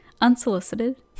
unsolicited